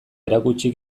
erakutsi